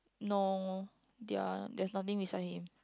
no their there's nothing beside him